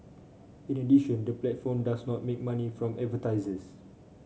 in addition the platform does not make money from advertisers